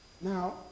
Now